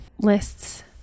lists